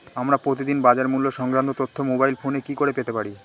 আমরা প্রতিদিন বাজার মূল্য সংক্রান্ত তথ্য মোবাইল ফোনে কি করে পেতে পারি?